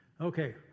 okay